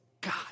God